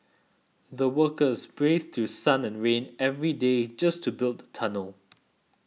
the workers braved through sun and rain every day just to build the tunnel